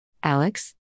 Alex